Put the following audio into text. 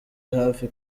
hafi